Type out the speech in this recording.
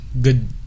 good